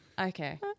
Okay